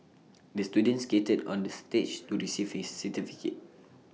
the student skated on the stage to receive his certificate